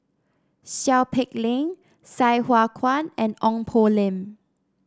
Seow Peck Leng Sai Hua Kuan and Ong Poh Lim